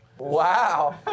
Wow